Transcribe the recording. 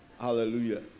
Hallelujah